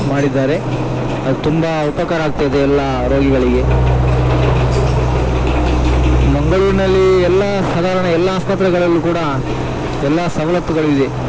ಮಾಡಿದ್ದಾರೆ ಅದು ತುಂಬ ಉಪಕಾರ ಆಗ್ತಾಯಿದೆ ಎಲ್ಲ ರೋಗಿಗಳಿಗೆ ಮಂಗಳೂರಿನಲ್ಲಿ ಎಲ್ಲ ಸಾಧಾರಣ ಎಲ್ಲ ಆಸ್ಪತ್ರೆಗಳಲ್ಲೂ ಕೂಡ ಎಲ್ಲ ಸವಲತ್ತುಗಳು ಇದೆ